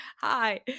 Hi